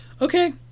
Okay